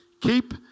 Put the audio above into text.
keep